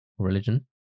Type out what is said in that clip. Religion